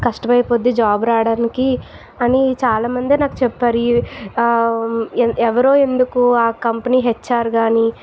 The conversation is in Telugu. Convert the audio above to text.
కష్టమైపోతుంది జాబ్ రాడానికి అని చాలామందే నాకు చెప్పారు ఎవరో ఎందుకు ఆ కంపెనీ హెచ్చ్ఆర్ కానీ